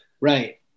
Right